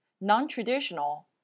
non-traditional